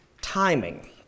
timing